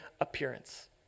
appearance